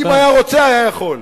אם היה רוצה, היה יכול.